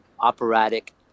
operatic